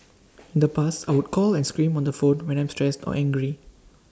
in the past I would call and scream on the phone when I'm stressed or angry